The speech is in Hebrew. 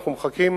אנחנו מחכים